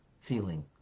feeling